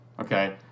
okay